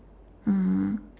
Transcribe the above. mm